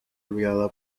olvidada